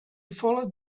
followed